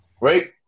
Right